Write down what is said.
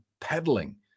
peddling